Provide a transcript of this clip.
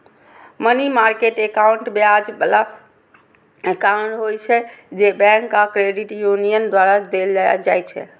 money market account ब्याज बला account होइ छै, जे बैंक आ क्रेडिट यूनियन द्वारा देल जाइ छै